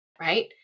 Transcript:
right